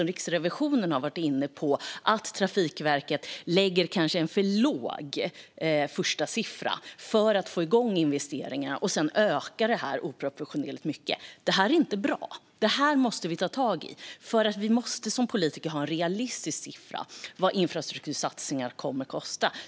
Riksrevisionen pekar på att Trafikverket kanske sätter en för låg första siffra för att få igång investeringarna och att kostnaden sedan ökar oproportionerligt mycket. Det är inte bra, och vi måste ta tag i det. Som politiker måste vi ha en realistisk siffra på vad infrastruktursatsningar kommer att kosta.